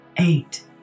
Eight